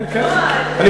ועדה שניסתה למנוע,